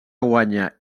guanya